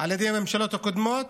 על ידי הממשלות הקודמות,